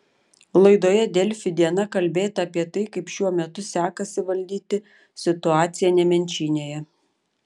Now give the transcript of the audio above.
laidoje delfi diena kalbėta apie tai kaip šiuo metu sekasi valdyti situaciją nemenčinėje